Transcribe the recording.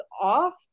off